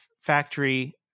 factory